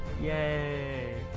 Yay